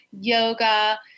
yoga